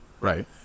right